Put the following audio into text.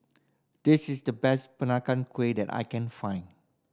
this is the best Peranakan Kueh that I can find